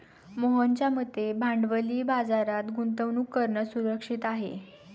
मोहनच्या मते भांडवली बाजारात गुंतवणूक करणं सुरक्षित आहे